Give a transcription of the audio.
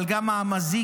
אבל גם האמזיגים,